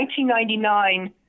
1999